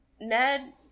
Ned